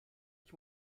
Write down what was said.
ich